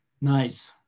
Nice